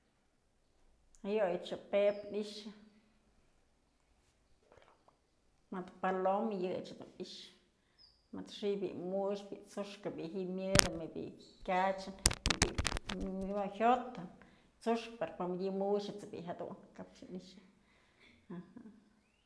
Jayoyë ëch pep nixë, mëd paloma yëyëch dun i'ixë, mëd xi'i bi'i mux t'sukë bi'i ji'i myëdë më bi'i kyachën, më jyot t'sukë pero pa'a mëdyë mu'ux t'sëd jedun.